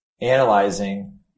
analyzing